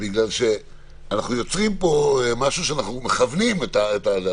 אנחנו יוצרים פה משהו שאנחנו מכוונים אליו,